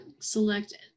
select